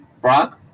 Brock